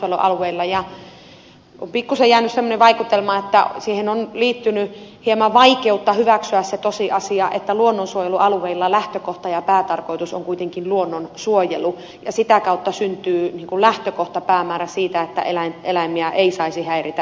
on pikkuisen jäänyt semmoinen vaikutelma että siihen on liittynyt hieman vaikeutta hyväksyä se tosiasia että luonnonsuojelualueilla lähtökohta ja päätarkoitus on kuitenkin luonnonsuojelu ja sitä kautta syntyy lähtökohtapäämäärä siitä että eläimiä ei saisi häiritä eikä tappaa